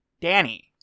Danny